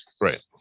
Right